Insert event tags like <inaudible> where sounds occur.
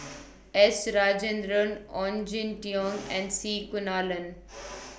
<noise> S Rajendran Ong Jin Teong <noise> and C Kunalan <noise>